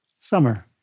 Summer